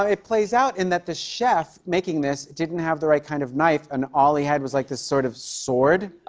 ah it plays out in that the chef making this didn't have the right kind of knife and all he had was like this sort of sword.